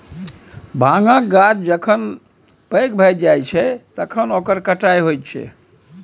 भाँगक गाछ जखन पैघ भए जाइत छै तखन ओकर कटाई होइत छै